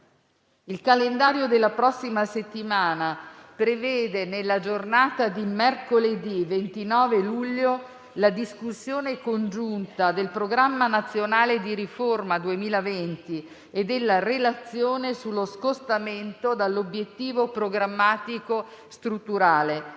Il calendario della prossima settimana prevede, nella giornata di mercoledì 29 luglio, la discussione congiunta del programma nazionale di riforma 2020 e della relazione sullo scostamento dall'obiettivo programmatico strutturale.